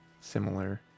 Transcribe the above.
similar